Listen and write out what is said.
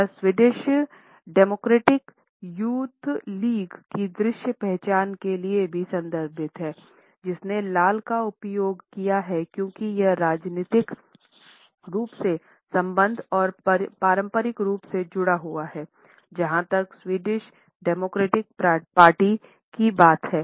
वह Swedish Democratic Youth League की दृश्य पहचान के लिए भी संदर्भित है जिसने लाल का उपयोग किया है क्योंकि यह राजनीतिक रूप से संबद्ध और पारंपरिक रूप से जुड़ा हुआ है जहां तक स्वीडिश डेमोक्रेटिक पार्टी की बात है